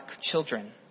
children